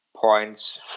points